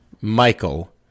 Michael